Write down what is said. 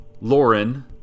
Lauren